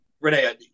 Renee